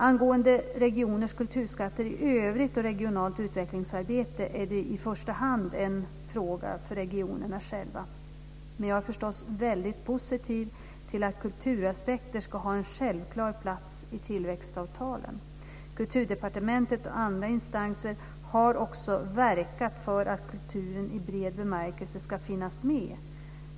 Angående regioners kulturskatter i övrigt och regionalt utvecklingsarbete är det i första hand en fråga för regionerna själva. Men jag är förstås väldigt positiv till att kulturaspekter ska ha en självklar plats i tillväxtavtalen. Kulturdepartementet och andra instanser har också verkat för att kulturen i bred bemärkelse ska finnas med.